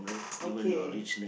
okay